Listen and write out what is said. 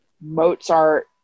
mozart